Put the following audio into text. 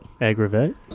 Aggravate